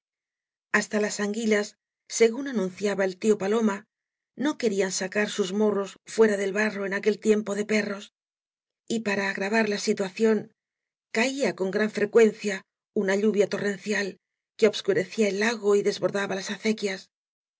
hasta las anguilas según anunciaba el tío paloma no querían sacar sus mo rros fuera del barro en aquel tiempo de perros y para agravar la situación caía con gran freeueneia una lluvia torrencial que obscurecía el lago y desbordaba las acequias